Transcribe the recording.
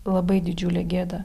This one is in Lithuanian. labai didžiulė gėda